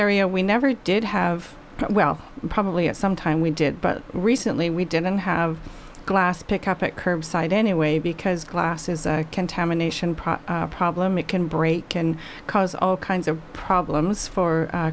area we never did have well probably at some time we did but recently we didn't have glass pick up at curbside anyway because glass is a contamination problem it can break and cause all kinds of problems for